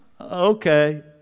okay